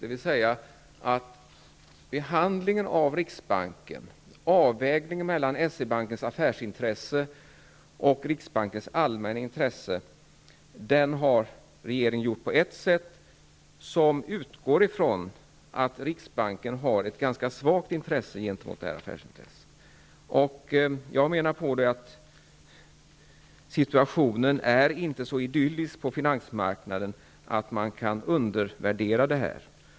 Avvägningen mellan S-E bankens affärsintresse och riksbankens allmänna intresse har regeringen gjort på ett sätt som utgår ifrån att riksbanken har ett ganska svagt intresse gentemot det aktuella affärsintresset. Jag menar att situationen inte är så idyllisk på finansmarknaden att man kan undervärdera detta.